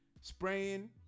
Spraying